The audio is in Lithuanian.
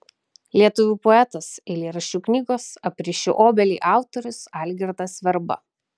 lietuvių poetas eilėraščių knygos aprišiu obelį autorius algirdas verba